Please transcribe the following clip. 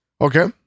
Okay